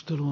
tul